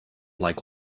like